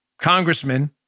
Congressman